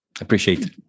appreciate